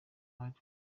ahari